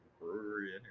brewery